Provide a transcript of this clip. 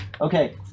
Okay